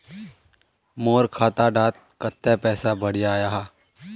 मोर खाता डात कत्ते पैसा बढ़ियाहा?